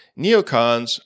neocons